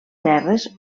terres